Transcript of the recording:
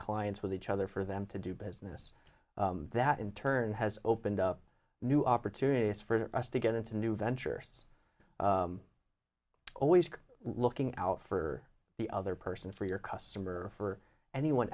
clients with each other for them to do business that in turn has opened up new opportunities for us to get into new ventures always looking out for the other person for your customer or for anyone